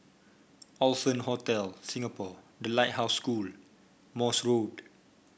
Allson Hotel Singapore The Lighthouse School Morse Road